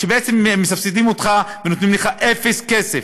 שבעצם מסבסדים אותך ונותנים לך אפס כסף.